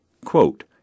Quote